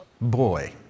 boy